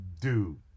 dude